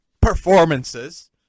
performances